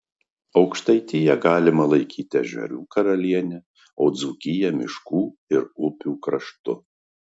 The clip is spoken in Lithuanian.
aukštaitiją galima laikyti ežerų karaliene o dzūkiją miškų ir upių kraštu